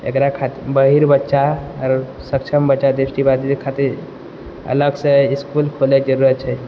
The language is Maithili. एकरा खातिर बहीर बच्चा आरो सक्षम बच्चा दृष्टिबाधित खातिर अलगसँ इसकुल कॉलेज जरूरत छै